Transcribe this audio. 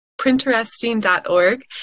Printeresting.org